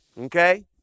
okay